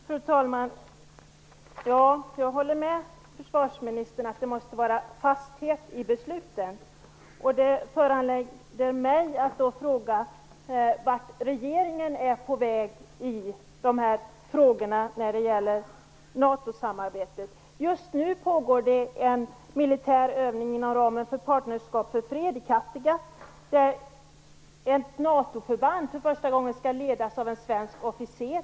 Fru talman! Jag håller med försvarsministern om att det måste vara fasthet i besluten. Det föranleder mig att fråga vart regeringen är på väg när det gäller Just nu pågår det en militär övning inom ramen för förband för första gången skall ledas av en svensk officer.